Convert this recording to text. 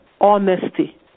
honesty